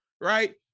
right